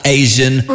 asian